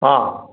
ആ